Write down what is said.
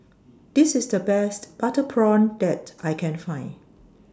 This IS The Best Butter Prawn that I Can Find